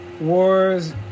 Wars